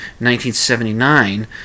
1979